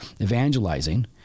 evangelizing